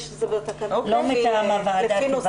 זה בתקנות --- לא מטעם הוועדה.